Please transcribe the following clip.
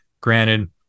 granted